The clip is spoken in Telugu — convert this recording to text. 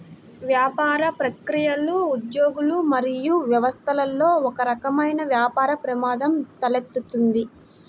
వ్యాపార ప్రక్రియలు, ఉద్యోగులు మరియు వ్యవస్థలలో ఒకరకమైన వ్యాపార ప్రమాదం తలెత్తుతుంది